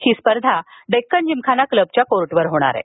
ही स्पर्धा डेक्कन जिमखाना क्लबच्या कोर्टवर होईल